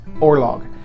Orlog